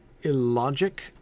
illogic